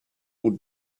would